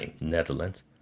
Netherlands